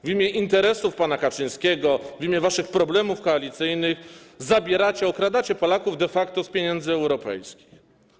W imię interesów pana Kaczyńskiego, w imię czy z racji waszych problemów koalicyjnych zabieracie, okradacie Polaków de facto z pieniędzy europejskich.